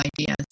ideas